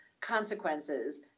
consequences